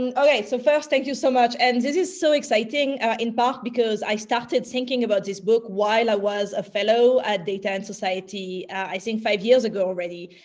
and ok, so first, thank you so much. and this is so exciting ah in part because i started thinking about this book while i was a fellow at data and society i think five years ago already.